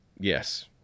Yes